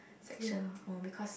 section more because